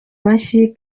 mashyi